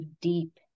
deep